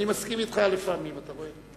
אני מסכים אתך לפעמים, אתה רואה.